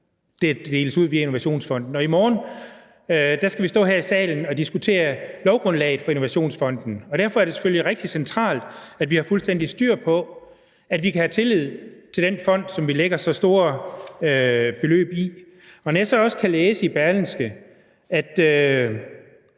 der deles ud via Innovationsfonden. I morgen skal vi stå her i salen og diskutere lovgrundlaget for Innovationsfonden, og derfor er det selvfølgelig rigtig centralt, at vi har fuldstændig styr på, om vi kan have tillid til den fond, som vi lægger så store beløb i. Jeg kan så også læse i Berlingske, at